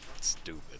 stupid